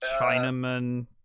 Chinaman